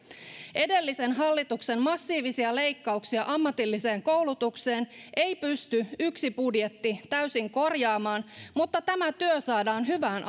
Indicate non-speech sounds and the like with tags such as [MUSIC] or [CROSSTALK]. edellisen hallituksen massiivisia leikkauksia ammatilliseen koulutukseen ei pysty yksi budjetti täysin korjaamaan mutta tämä työ saadaan hyvään [UNINTELLIGIBLE]